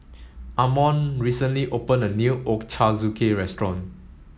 Amon recently opened a new Ochazuke restaurant